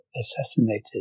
assassinated